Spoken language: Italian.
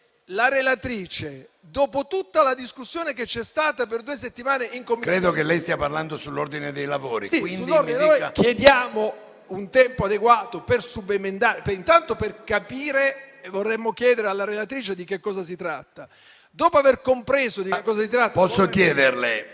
la relatrice, dopo tutta la discussione che c'è stata per due settimane in Commissione... PRESIDENTE. Credo che lei stia parlando sull'ordine dei lavori. BOCCIA *(PD-IDP)*. Chiediamo un tempo adeguato per subemendare. Intanto, vorremmo chiedere alla relatrice di cosa si tratta; dopo aver compreso di che cosa si tratta...